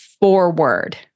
forward